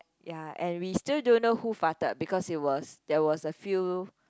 ya and we still don't know who farted because it was there was a few